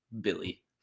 Billy